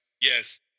yes